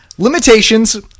Limitations